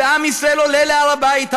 ועם ישראל עולה להר-הבית.